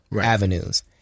avenues